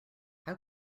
how